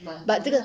but 这个